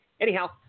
Anyhow